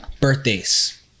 Birthdays